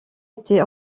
était